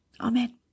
Amen